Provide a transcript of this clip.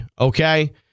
Okay